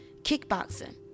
kickboxing